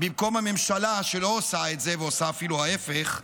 במקום הממשלה שלא עושה את זה ועושה אפילו ההפך,